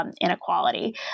inequality